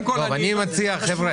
אני לא יודע למה.